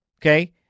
Okay